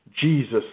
Jesus